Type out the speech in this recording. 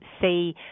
see